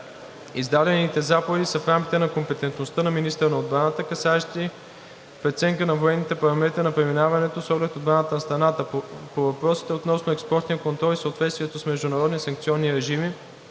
Издадените заповеди са в рамките на компетентността на министъра на отбраната, касаещи преценка на военните параметри на преминаването с оглед отбраната на страната. По въпросите относно експортния контрол и съответствието с международни санкционни режими,